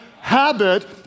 habit